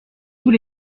tout